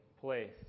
place